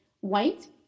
white